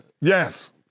Yes